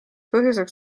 põhjuseks